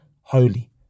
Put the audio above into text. holy